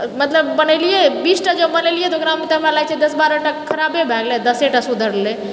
मतलब बनेलियै बीसटा जब बनेलियै तऽ ओकरामे तऽ हमरा लागैत छै दश बारहटा खराबे भए गेलै दशेटा सुधरलै